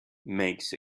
makes